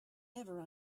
never